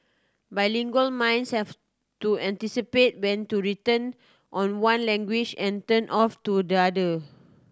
bilingual minds have to anticipate when to turn on one language and turn off to the other